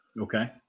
Okay